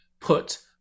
put